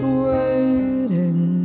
waiting